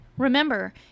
Remember